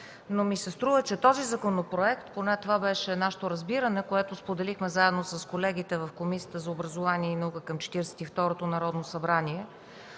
но ми се струва, че този законопроект, поне това беше нашето разбиране, което споделихме заедно с колегите в Комисията по образование и наука към Четиридесет